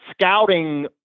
scouting